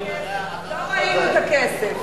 עוד לא ראינו את הכסף.